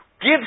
Give